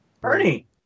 bernie